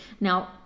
Now